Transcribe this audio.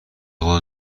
خدا